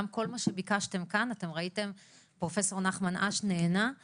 גם כל מה שביקשתם כאן פרופ' נחמן אש נענה לו